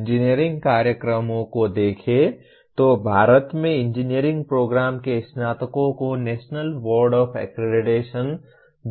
engineering कार्यक्रमों को देखें तो भारत में इंजीनियरिंग प्रोग्राम के स्नातकों को नेशनल बोर्ड ऑफ एक्रीडेशन